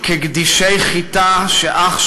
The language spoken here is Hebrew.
/ כגדישי-חיטה,